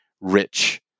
rich